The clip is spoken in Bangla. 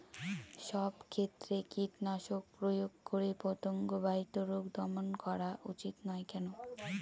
সব ক্ষেত্রে কীটনাশক প্রয়োগ করে পতঙ্গ বাহিত রোগ দমন করা উচিৎ নয় কেন?